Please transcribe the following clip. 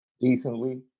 decently